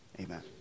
Amen